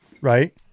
right